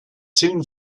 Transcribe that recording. soon